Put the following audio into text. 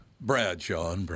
Bradshaw